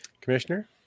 Commissioner